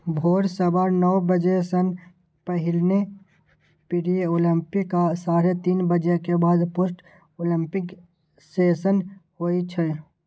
भोर सवा नौ बजे सं पहिने प्री ओपनिंग आ साढ़े तीन बजे के बाद पोस्ट ओपनिंग सेशन होइ छै